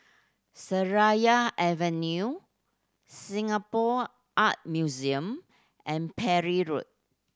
Seraya Avenue Singapore Art Museum and Parry Road